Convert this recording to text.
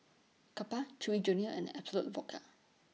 Kappa Chewy Junior and Absolut Vodka